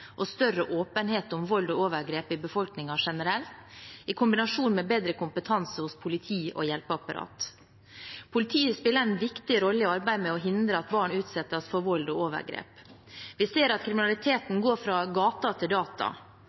og større åpenhet om vold og overgrep i befolkningen generelt, i kombinasjon med bedre kompetanse hos politi og hjelpeapparat. Politiet spiller en viktig rolle i arbeidet med å hindre at barn utsettes for vold og overgrep. Vi ser at kriminaliteten går fra gata til data.